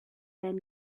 then